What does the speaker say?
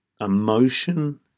emotion